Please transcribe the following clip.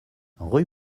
rue